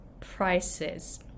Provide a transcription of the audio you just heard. prices